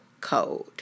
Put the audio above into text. code